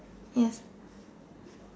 yes